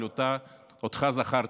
אבל אותך זכרתי,